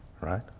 right